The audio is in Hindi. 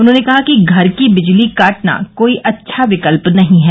उन्होंने कहा कि घर की बिजली काटना कोई अच्छा विकल्प नहीं है